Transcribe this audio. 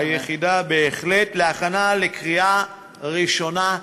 היחידה בהחלט, להכנה לקריאה ראשונה.